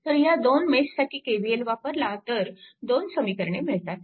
तर ह्या दोन मेशसाठी KVL वापरला तर दोन समीकरणे मिळतात